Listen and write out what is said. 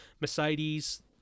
Mercedes